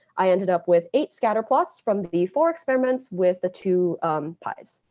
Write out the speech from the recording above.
i ended up with eight scatter plots from the four experiments with the two pis.